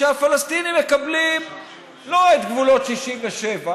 הפלסטינים מקבלים לא את גבולות 67',